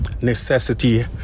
necessity